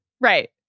Right